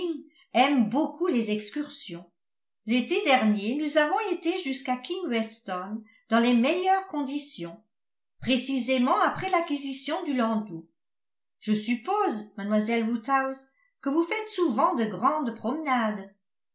aime beaucoup les excursions l'été dernier nous avons été jusqu'à king weston dans les meilleures conditions précisément après l'acquisition du landau je suppose mademoiselle woodhouse que vous faites souvent de grandes promenades